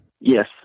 Yes